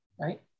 Right